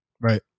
Right